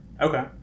Okay